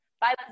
Bye